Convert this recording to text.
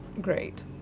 great